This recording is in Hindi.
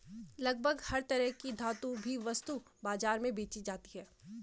लगभग हर तरह की धातु भी वस्तु बाजार में बेंची जाती है